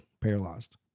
paralyzed